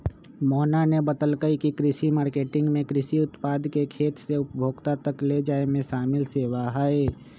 मोहना ने बतल कई की कृषि मार्केटिंग में कृषि उत्पाद के खेत से उपभोक्ता तक ले जाये में शामिल सेवा हई